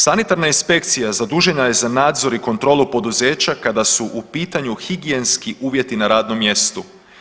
Sanitarna inspekcija zadužena je za nadzor i kontrolu poduzeća kada su u pitanju higijenski uvjeti na radom mjestu.